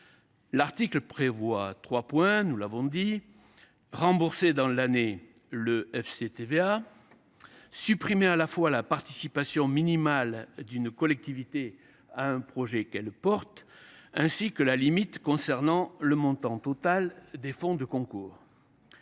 L’article prévoit trois mesures : rembourser dans l’année le FCTVA ; supprimer la participation minimale d’une collectivité à un projet qu’elle porte ; supprimer la limite concernant le montant total des fonds de concours.